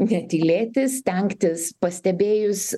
netylėti stengtis pastebėjus